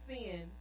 sin